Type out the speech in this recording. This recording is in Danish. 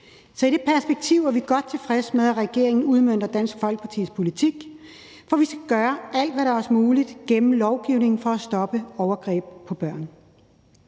Så i det perspektiv er vi godt tilfredse med, at regeringen udmønter Dansk Folkepartis politik, for vi skal gøre alt, hvad der er os muligt gennem lovgivning, for at stoppe overgreb på børn.